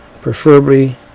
preferably